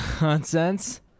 Nonsense